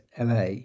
LA